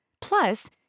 Plus